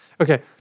Okay